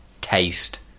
taste